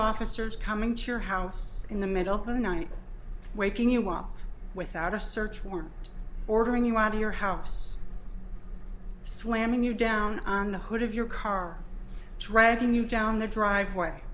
officers coming to your house in the middle of the night waking you up without a search warrant ordering you out of your house slamming you down on the hood of your car dragging you down the driveway